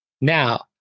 now